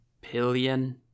pillion